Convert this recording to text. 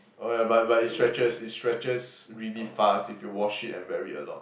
oh yeah but but it stretches it stretches really fast if you wash it and wear it a lot